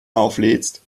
auflädst